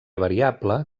variable